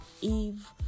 Eve